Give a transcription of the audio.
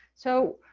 so,